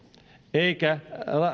eikä